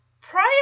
Prior